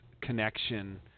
connection